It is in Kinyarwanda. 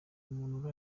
muntu